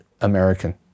American